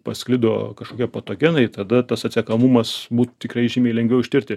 pasklido kažkokie patogenai tada tas atsekamumas būt tikrai žymiai lengviau ištirti